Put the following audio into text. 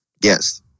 Yes